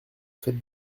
fête